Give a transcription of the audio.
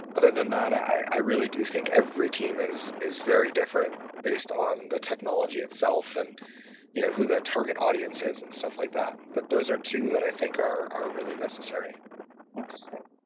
other than that, i really do think every team is is very different based on the technology itself and you know who their target audience is and stuff like that. but those are two that i think are are really necessary interesting.